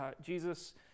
Jesus